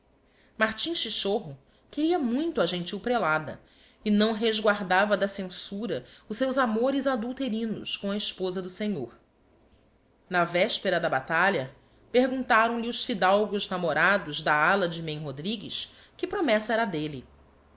martim chichorro queria muito á gentil prelada e não resguardava da censura os seus amores adulterinos com a esposa do senhor na vespera da batalha perguntaram-lhe os fidalgos namorados da ala de mem rodrigues que promessa era